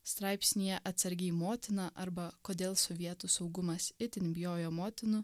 straipsnyje atsargiai motina arba kodėl sovietų saugumas itin bijojo motinų